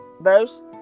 verse